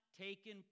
taken